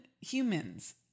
humans